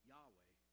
Yahweh